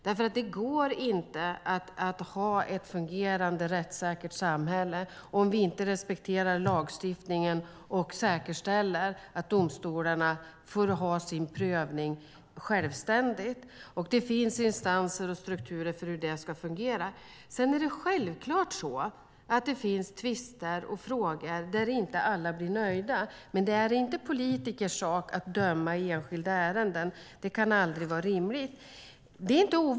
Det går nämligen inte att ha ett fungerande och rättssäkert samhälle om vi inte respekterar lagstiftningen och säkerställer att domstolarna får ha sin prövning självständigt. Det finns instanser och strukturer för hur det ska fungera. Sedan finns det självklart tvister och frågor där alla inte blir nöjda. Men det är inte politikers sak att döma i enskilda ärenden. Det kan aldrig vara rimligt.